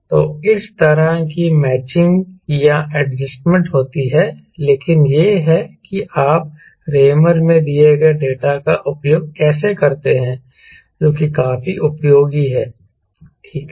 तो इस तरह की मैचिंग या एडजस्टमेंट होती है लेकिन यह है कि आप रायमेर में दिए गए डेटा का उपयोग कैसे कर सकते हैं जो कि काफी उपयोगी है ठीक है